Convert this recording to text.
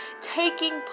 taking